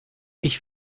ich